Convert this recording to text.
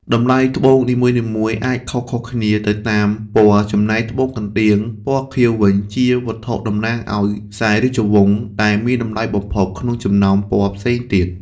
តម្លៃត្បូងនីមួយៗអាចខុសៗគ្នាទៅតាមពណ៌ ចំណែកត្បូងកណ្តៀងពណ៌ខៀវវិញ ជាវត្ថុតំណាងឱ្យខ្សែរាជរង្ស ដែលមានតម្លៃបំផុតក្នុងចំណោមពណ៌ផ្សេងទៀត។